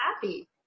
happy